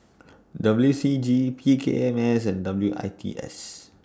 W C G P K M S and W I T S